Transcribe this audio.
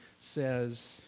says